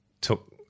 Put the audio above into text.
took